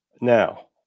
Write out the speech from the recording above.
Now